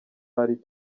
ari